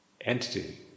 entity